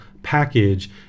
package